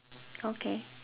okay